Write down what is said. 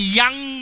young